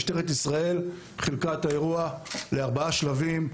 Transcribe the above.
משטרת ישראל חילקה את האירוע לארבעה שלבים.